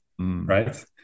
right